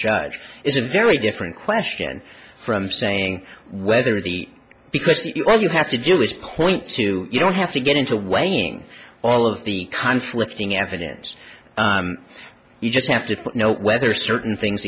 judge is a very different question from saying whether the because you have to do is point to you don't have to get into weighing all of the conflict being evidence you just have to know whether certain things